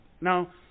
Now